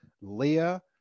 Leah